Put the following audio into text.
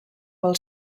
pel